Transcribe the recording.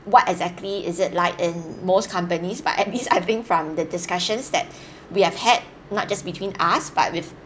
what exactly is it like in most companies but at least I've been from the discussions that we have had not just between us but with